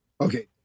Okay